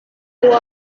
wawe